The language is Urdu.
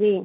جی